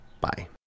Bye